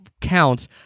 counts